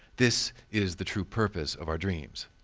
this is the true purpose of our dreams.